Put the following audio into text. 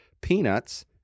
peanuts